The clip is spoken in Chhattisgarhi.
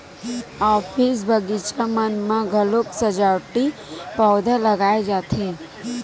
ऑफिस, बगीचा मन म घलोक सजावटी पउधा लगाए जाथे